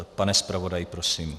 Pane zpravodaji, prosím.